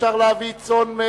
אפשר להביא צאן,